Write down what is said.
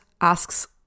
asks